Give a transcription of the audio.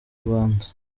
rwanda